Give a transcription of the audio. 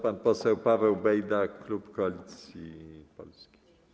Pan poseł Paweł Bejda, klub Koalicji Polskiej.